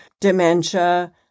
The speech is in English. dementia